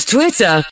Twitter